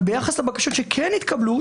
אבל ביחס לבקשות שכן התקבלו,